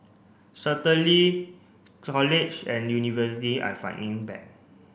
certainly college and university are fighting back